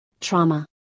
trauma